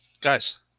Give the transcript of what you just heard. Guys